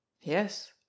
Yes